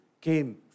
came